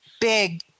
big